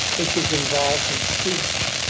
which is involved in speech,